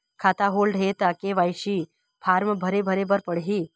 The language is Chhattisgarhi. खाता होल्ड हे ता के.वाई.सी फार्म भरे भरे बर पड़ही?